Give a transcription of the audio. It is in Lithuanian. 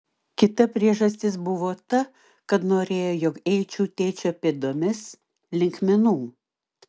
kita priežastis buvo ta kad norėjo jog eičiau tėčio pėdomis link menų